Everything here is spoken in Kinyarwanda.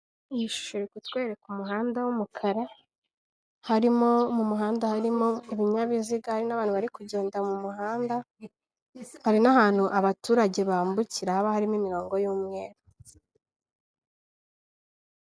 Iyi shusho iri kutwereka umuhanda w'umukara harimo mu muhanda harimo ibinyabiziga n'abantu bari kugenda mu muhanda .Hari n'ahantu abaturage bambukira haba harimo imirongo y'umweru.